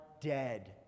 dead